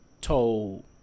told